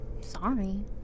Sorry